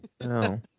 No